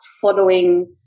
following